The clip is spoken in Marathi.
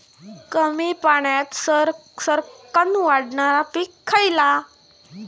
कमी पाण्यात सरक्कन वाढणारा पीक खयला?